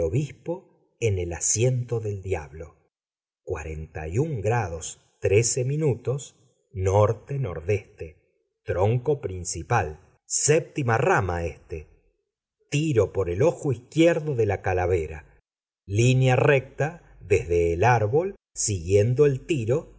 en el asiento del diablo cuarenta y un grados trece minutos norte nordeste tronco principal séptima rama este tiro por el ojo izquierdo de la calavera línea recta desde el árbol siguiendo el tiro